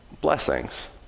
blessings